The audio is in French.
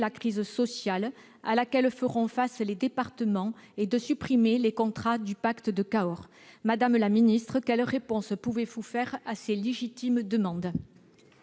la crise sociale à laquelle feront face les départements et de supprimer les contrats du pacte de Cahors. Madame la ministre, quelle réponse pouvez-vous faire à ces légitimes demandes ?